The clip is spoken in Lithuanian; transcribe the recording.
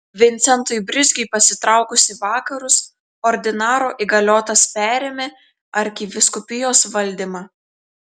vincentui brizgiui pasitraukus į vakarus ordinaro įgaliotas perėmė arkivyskupijos valdymą